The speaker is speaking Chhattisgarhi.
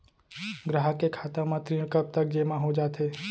ग्राहक के खाता म ऋण कब तक जेमा हो जाथे?